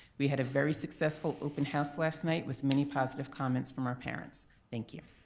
we had a very successful open house last night with many positive comments from our parents, thank you.